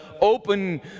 open